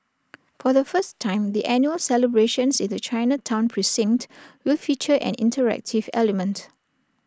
for the first time the annual celebrations in the Chinatown precinct will feature an interactive element